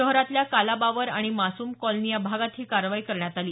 शहरातल्या कालाबावर आणि मासून कॉलनी या भागात ही कारवाई करण्यात आली